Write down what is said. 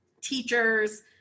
teachers